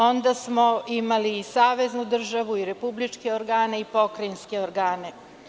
Onda smo imali i saveznu državu i republičke organe i pokrajinske organe.